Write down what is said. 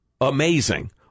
amazing